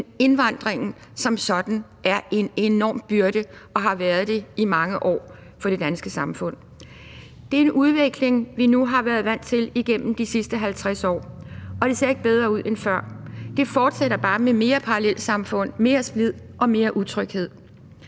indvandringen som sådan er en enorm byrde og har været det i mange år for det danske samfund. Det er en udvikling, vi nu har været vant til igennem de sidste 50 år, og det ser ikke bedre ud end før. Det fortsætter bare med mere parallelsamfund, mere splid og mere utryghed.